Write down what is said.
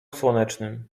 słonecznym